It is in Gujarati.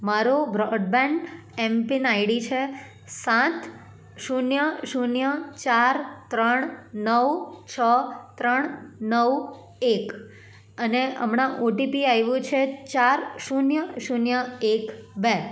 મારો બ્રોડબેન્ડ એમપિન આઈડી છે સાત શૂન્ય શૂન્ય ચાર ત્રણ નવ છ ત્રણ નવ એક અને હમણાં ઓટીપી આવ્યો છે ચાર શૂન્ય શૂન્ય એક બે